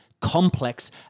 complex